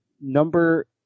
number